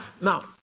Now